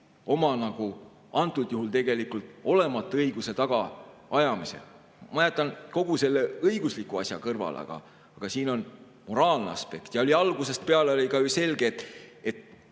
oma antud juhul tegelikult olematu õiguse tagaajamisel. Ma jätan kogu selle õigusliku asja kõrvale, aga siin on ka moraalne aspekt. Oli algusest peale selge, et